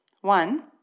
One